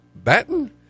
Batten